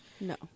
No